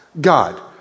God